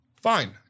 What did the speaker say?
Fine